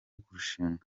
kurushinga